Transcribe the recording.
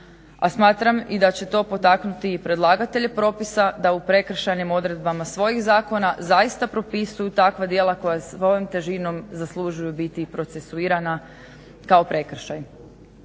A smatram da će to potaknuti i predlagatelja propisa da u prekršajnim odredbama svojih zakona zaista propisuju takva djela koja svojom težinom zaslužuju biti procesuirana kao prekršaj.